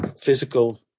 physical